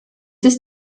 ist